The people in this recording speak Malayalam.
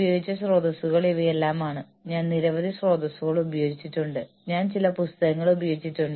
പെർഫോമൻസ് ഇൻസെന്റീവുകൾക്കുള്ള പ്രോത്സാഹനങ്ങളെ കുറിച്ച് ഞങ്ങൾ സംസാരിച്ചു